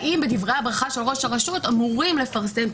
האם בדברי הברכה של ראש הרשות אמורים לפרסם,